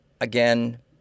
Again